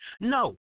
No